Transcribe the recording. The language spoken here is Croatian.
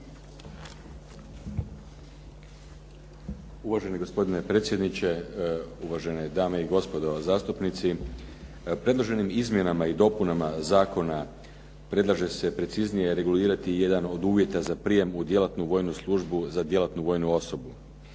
Uvaženi gospodine predsjedniče, uvažene dame i gospodo zastupnici. Predloženim izmjenama i dopunama Zakona predlaže se preciznije regulirati jedan od uvjeta za prijem u djelatnu vojnu službu za djelatnu vojnu osobu.